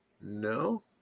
no